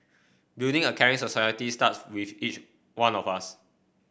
building a caring society starts with each one of us